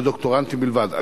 לדוקטורנטים בלבד.